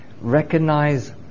Recognize